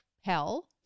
hell